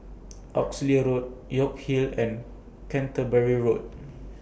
Oxley Road York Hill and Canterbury Road